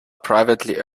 privately